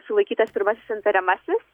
sulaikytas pirmasis įtariamasis